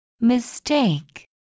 mistake